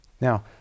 Now